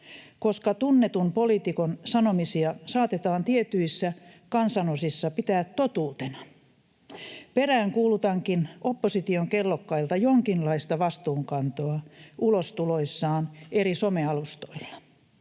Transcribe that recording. Koska tunnetun poliitikon sanomisia saatetaan tietyissä kansanosissa pitää totuutena, peräänkuulutankin opposition kellokkailta jonkinlaista vastuunkantoa ulostuloissaan eri somealustoilla.